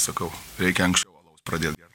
sakau reikia anksčiau alaus pradėt gert